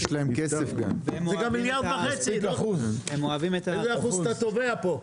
אחוז אתה נגמר.